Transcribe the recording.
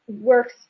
works